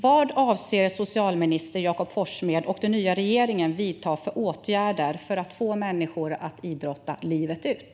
Vad avser socialminister Jakob Forssmed och den nya regeringen att vidta för åtgärder för att få människor att idrotta livet ut?